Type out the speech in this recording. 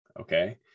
okay